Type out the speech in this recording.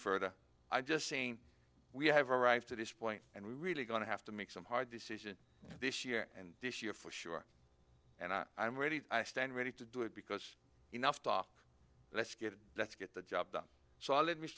further i'm just saying we have arrived at this point and we're really going to have to make some hard decisions this year and this year for sure and i'm ready to stand ready to do it because you know let's get it let's get the job done so i'll let m